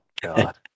god